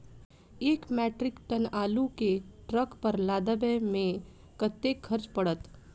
एक metric ton आलु केँ ट्रक पर लदाबै मे कतेक खर्च पड़त?